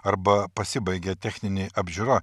arba pasibaigia techninė apžiūra